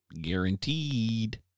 Guaranteed